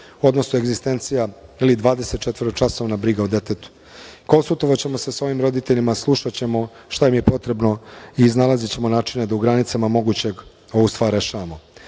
odnosno egzistencija ili dvadesetčetvoročasovna briga o detetu. Konsultovaćemo se sa ovim roditeljima, slušaćemo šta im je potrebno i iznalazićemo načine da u granicama mogućeg ovu stvar rešavamo.